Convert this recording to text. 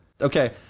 Okay